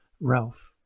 Ralph